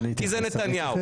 כי זה נתניהו.